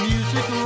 Music